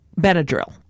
Benadryl